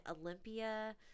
Olympia